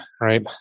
right